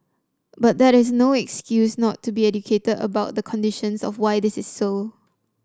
but that is no excuse not to be educated about the conditions of why this is so